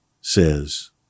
says